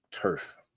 turf